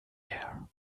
air